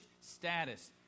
status